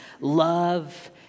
love